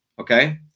Okay